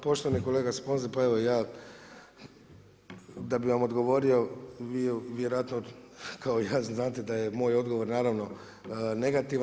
Poštovani Kolega Sponza, pa evo ja da bi vam odgovorio vi vjerojatno kao i ja znate, da je moj odgovor naravno negativan.